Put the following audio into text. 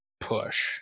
push